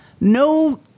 No